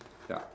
ya